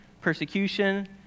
persecution